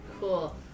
Cool